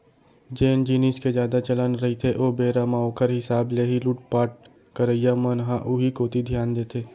जेन जिनिस के जादा चलन रहिथे ओ बेरा म ओखर हिसाब ले ही लुटपाट करइया मन ह उही कोती धियान देथे